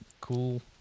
Cool